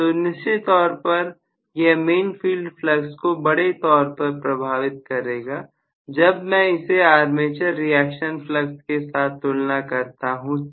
तो निश्चित तौर पर यह मेन फील्ड फ्लक्स को बड़े तौर पर प्रभावित करेगा जब मैं इसे आर्मेचर रिएक्शन फ्लक्स के साथ तुलना करता हूं तो